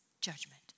judgment